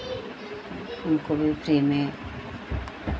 उनको भी फ्री में